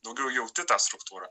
daugiau jauti tą struktūrą